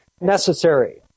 necessary